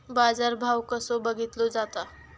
बाजार भाव कसो बघीतलो जाता?